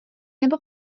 nebo